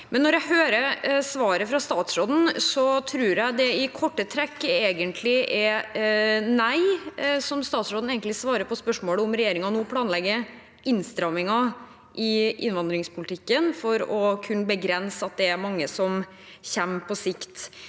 Når jeg hører svaret fra statsråden, tror jeg i korte trekk hun egentlig svarer nei på spørsmålet om regjeringen nå planlegger innstramminger i innvandringspolitikken for å kunne begrense at mange kommer på sikt.